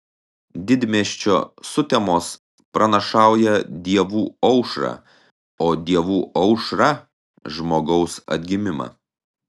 didmiesčio sutemos pranašauja dievų aušrą o dievų aušra žmogaus atgimimą